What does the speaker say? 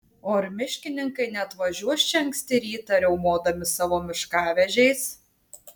o ar miškininkai neatvažiuos čia anksti rytą riaumodami savo miškavežiais